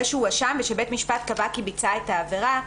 שהואשם ושבית משפט קבע כי ביצע את העבירה.